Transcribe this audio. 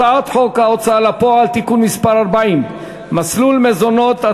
הצעת חוק ההוצאה לפועל (תיקון מס' 40) (מסלול מזונות),